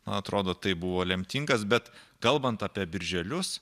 man atrodo tai buvo lemtingas bet kalbant apie birželius